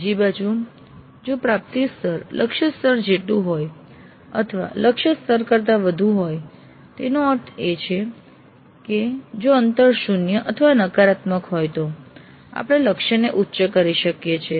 બીજી બાજુ જો પ્રાપ્તિ સ્તર લક્ષ્ય સ્તર જેટલું હોય અથવા લક્ષ્ય સ્તર કરતા વધુ હોય તેનો અર્થ એ છે કે જો અંતર 0 અથવા નકારાત્મક હોય તો આપણે લક્ષ્યને ઉચ્ચ કરી શકીએ છીએ